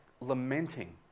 lamenting